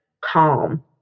calm